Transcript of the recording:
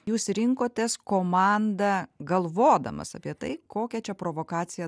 jūs rinkotės komandą galvodamas apie tai kokią čia provokaciją